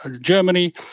Germany